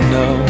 no